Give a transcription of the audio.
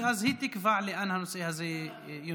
ואז היא תקבע לאן הנושא הזה ינותב.